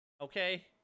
Okay